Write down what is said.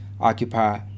occupy